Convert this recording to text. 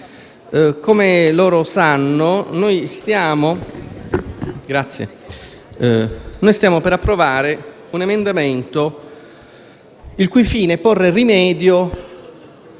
Come sapete, stiamo per approvare un emendamento il cui fine è porre rimedio